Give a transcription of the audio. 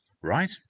right